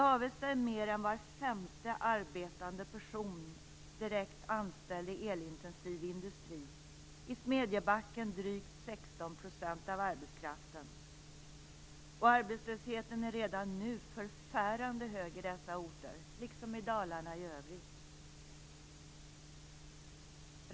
I Avesta är mer än var femte arbetande person anställd i elintensiv industri och i Smedjebacken drygt 16 % av arbetskraften. Arbetslösheten är redan nu förfärande hög på dessa orter, liksom i Dalarna i övrigt.